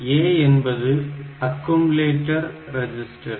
A என்பது accumulator register